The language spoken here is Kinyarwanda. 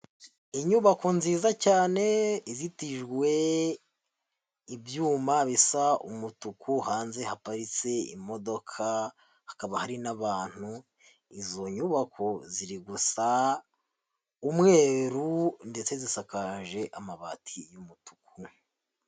Inyubako nziza cyane izitijwe ibyuma bisa umutuku, hanze haparitse imodoka hakaba hari n'abantu, izo nyubako ziri gusa umweru ndetse zisakaje amabati y'umutuku.